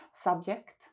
subject